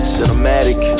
Cinematic